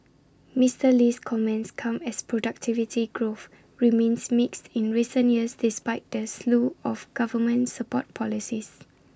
Mister Lee's comments come as productivity growth remains mixed in recent years despite the slew of government support policies